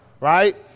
Right